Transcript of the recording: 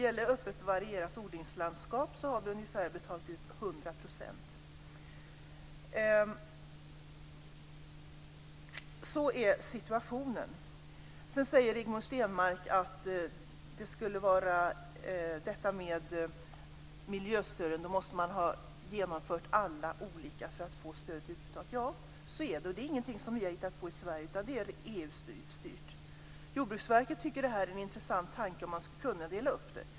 För öppet och varierat odlingslanskap har vi betalat ut ungefär 100 %. Sådan är situationen. Rigmor Stenmark säger att man måste ha genomfört alla de olika delarna för att få miljöstödet utbetalat. Ja, så är det - och det är ingenting som vi har hittat på i Sverige, utan det är EU-styrt. Jordbruksverket tycker att detta är en intressant tanke och att man ska kunna dela upp det.